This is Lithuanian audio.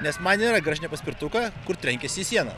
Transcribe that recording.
nes man yra grąžinę paspirtuką kur trenkėsi į sieną